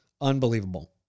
Unbelievable